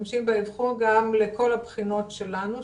משתמשים באבחון גם לכל הבחינות שלנו,